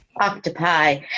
octopi